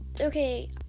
Okay